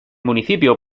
municipio